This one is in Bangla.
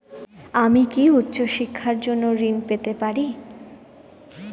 আমি কি উচ্চ শিক্ষার জন্য ঋণ পেতে পারি?